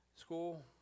school